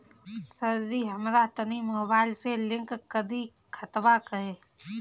सरजी हमरा तनी मोबाइल से लिंक कदी खतबा के